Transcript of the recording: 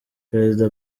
perezida